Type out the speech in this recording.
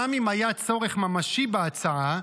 גם אם היה צורך ממשי בהצעה,